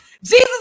Jesus